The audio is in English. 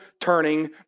turning